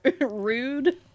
rude